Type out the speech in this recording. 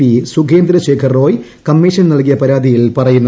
P Sukhendra Shekhar Roy കമ്മീഷന് നൽകിയ പരാതിയിൽ പറയുന്നു